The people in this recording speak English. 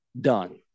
done